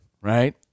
right